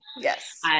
yes